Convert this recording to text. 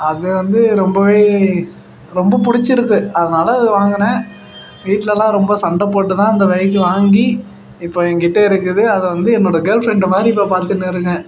அது வந்து ரொம்பவே ரொம்பப் பிடிச்சிருக்கு அதனால் அது வாங்கினேன் வீட்டிலலாம் ரொம்ப சண்டை போட்டு தான் அந்த பைக்கு வாங்கி இப்போ என்கிட்ட இருக்குது அதை வந்து என்னோடய கேர்ள் ஃப்ரெண்டு மாதிரி இப்போ பார்த்துனுருக்கேன்